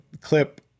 clip